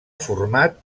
format